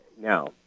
Now